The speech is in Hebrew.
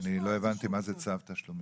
אני לא הבנתי מה זה צו תשלומים.